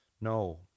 No